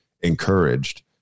encouraged